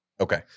Okay